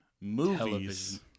movies